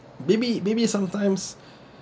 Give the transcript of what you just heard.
maybe maybe sometimes